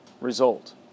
result